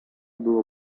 było